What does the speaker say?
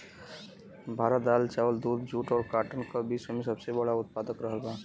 भारत दाल चावल दूध जूट और काटन का विश्व में सबसे बड़ा उतपादक रहल बा